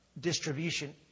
distribution